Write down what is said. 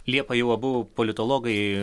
liepą jau abu politologai